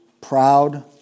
proud